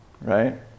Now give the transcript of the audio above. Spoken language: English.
right